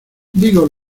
digo